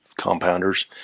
compounders